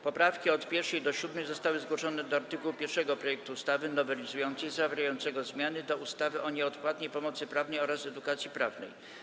Poprawki od 1. do 7. zostały zgłoszone do art. 1 projektu ustawy nowelizującej zawierającego zmiany do ustawy o nieodpłatnej pomocy prawnej oraz edukacji prawnej.